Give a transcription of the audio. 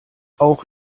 auch